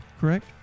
correct